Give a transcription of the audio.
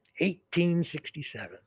1867